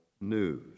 news